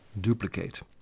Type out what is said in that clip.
Duplicate